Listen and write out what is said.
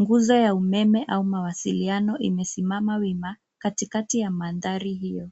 Nguzo ya umeme au mawasiliano imesimama wima katikati ya mandhari hiyo.